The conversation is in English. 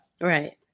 Right